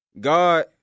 God